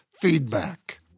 Feedback